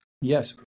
yes